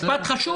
זה משפט חשוב.